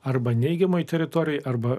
arba neigiamoje teritorijoje arba